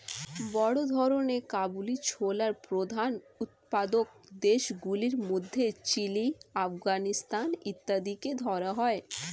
বড় ধরনের কাবুলি ছোলার প্রধান উৎপাদক দেশগুলির মধ্যে চিলি, আফগানিস্তান ইত্যাদিকে ধরা হয়